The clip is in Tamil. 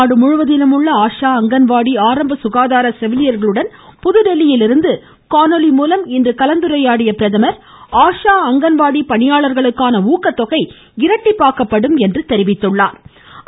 நாடுமுழுவதிலும் உள்ள ஆஷா அங்கன்வாடி ஆரம்ப சுகாதார செவிலியர்களுடன் புதுதில்லியில் இருந்து காணொலி மூலம் இன்று கலந்துரையாடிய அவர் ஆஷா அங்கன்வாடி பணியாளர்களுக்கான ஊக்கத்தொகை இரட்டிப்பாக்கப்படும் என்று தெரிவித்துள்ளா்